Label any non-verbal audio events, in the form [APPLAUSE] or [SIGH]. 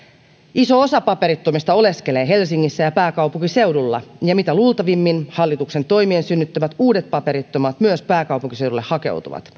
iso osa paperittomista oleskelee helsingissä ja pääkaupunkiseudulla ja mitä luultavimmin myös hallituksen toimien synnyttämät uudet paperittomat pääkaupunkiseudulle hakeutuvat [UNINTELLIGIBLE]